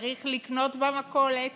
צריך לקנות במכולת,